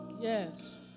yes